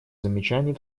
замечаний